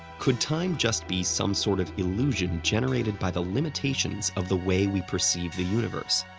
could time just be some sort of illusion generated by the limitations of the way we perceive the universe?